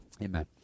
Amen